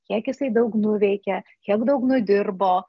kiek jisai daug nuveikė kiek daug nudirbo